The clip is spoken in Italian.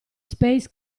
space